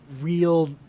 real